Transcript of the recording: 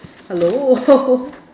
hello